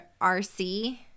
RC